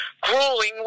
grueling